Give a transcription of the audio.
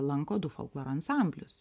lanko du folkloro ansamblius